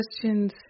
questions